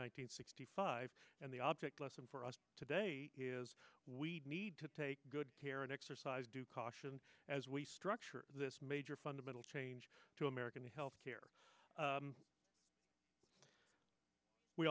hundred sixty five and the object lesson for us today is we need to take good care and exercise due caution as we structure this major fundamental change to american health care